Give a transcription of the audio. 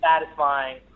satisfying